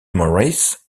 moritz